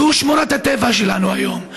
זו שמורת הטבע שלנו היום.